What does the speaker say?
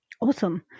Awesome